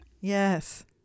Yes